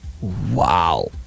Wow